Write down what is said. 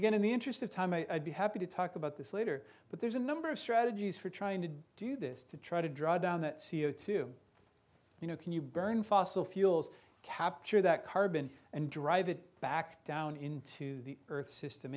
again in the interest of time i'd be happy to talk about this later but there's a number of strategies for trying to do this to try to draw down that c o two you know can you burn fossil fuels capture that carbon and drive it back down into the earth system